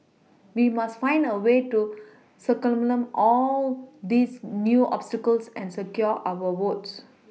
we must find a way to circumvent all these new obstacles and secure our votes